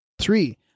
Three